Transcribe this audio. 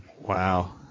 wow